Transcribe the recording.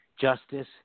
justice